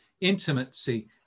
intimacy